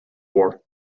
war